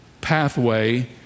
pathway